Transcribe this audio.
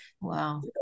Wow